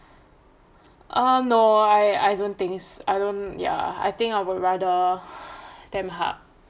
um no I don't think I don't ya I think I would rather tamp hub